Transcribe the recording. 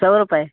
सौ रुपये